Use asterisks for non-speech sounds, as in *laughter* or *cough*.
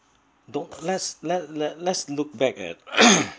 don't let's let let let's look back at *coughs*